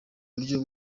uburyo